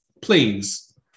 Please